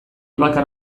bakar